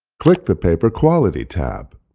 click the paper quality tab.